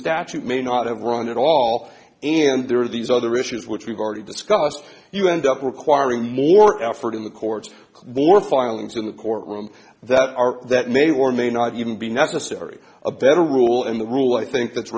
statute may not have run at all and there are these other issues which we've already discussed you end up requiring more effort in the courts more filings in the court room that are that may or may not even be necessary a better rule in the rule i think that's